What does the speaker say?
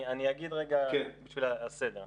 אני אגיד רגע בשביל הסדר.